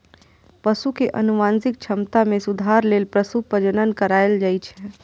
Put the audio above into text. पशु के आनुवंशिक क्षमता मे सुधार लेल पशु प्रजनन कराएल जाइ छै